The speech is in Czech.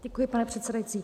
Děkuji, pane předsedající.